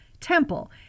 temple